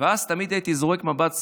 ואז תמיד הייתי זורק מבט שמאלה,